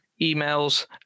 emails